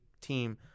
team